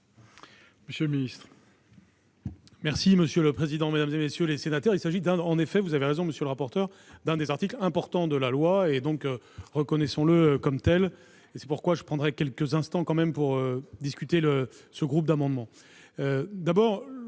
monsieur le ministre.